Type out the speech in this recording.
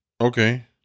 Okay